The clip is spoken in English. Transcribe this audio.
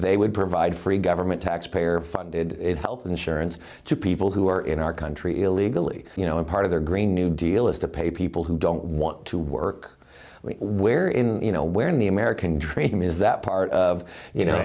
they would provide free government taxpayer funded health insurance to people who are in our country illegally you know in part of their green new deal is to pay people who don't want to work where in where in the american dream is that part of you know